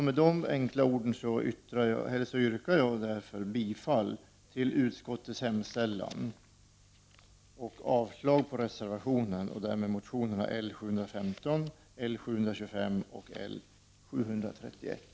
Med dessa enkla ord yrkar jag bifall till utskottets hemställan och avslag på reservationen och därmed motionerna L715, L725 och L731.